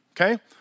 okay